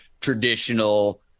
traditional